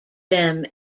them